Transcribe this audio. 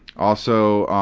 also,